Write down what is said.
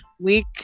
week